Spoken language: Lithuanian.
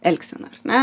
elgseną ar ne